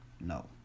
No